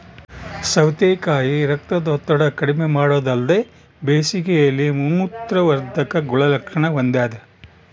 ಸೌತೆಕಾಯಿ ರಕ್ತದೊತ್ತಡ ಕಡಿಮೆಮಾಡೊದಲ್ದೆ ಬೇಸಿಗೆಯಲ್ಲಿ ಮೂತ್ರವರ್ಧಕ ಗುಣಲಕ್ಷಣ ಹೊಂದಾದ